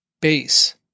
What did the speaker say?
base